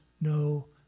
no